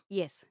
yes